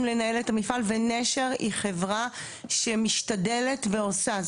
לנהל את המפעל ונשר היא חברה שמשתדלת ועושה,